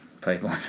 people